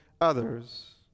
others